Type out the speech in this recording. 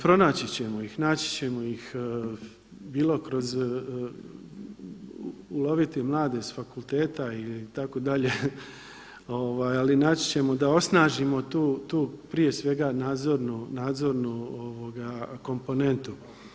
Pronaći ćemo ih, naći ćemo ih, bilo kroz, uloviti mlade s fakulteta itd., ali naći ćemo da osnažimo tu, tu prije svega nadzornu komponentu.